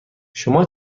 شما